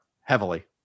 heavily